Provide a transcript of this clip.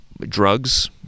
drugs